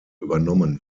übernommen